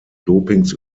dopings